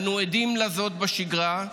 אנו עדים לזאת בשגרה,